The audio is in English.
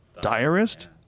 Diarist